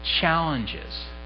challenges